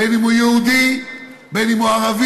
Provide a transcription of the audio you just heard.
בין שהוא יהודי, בין שהוא ערבי,